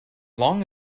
long